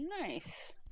Nice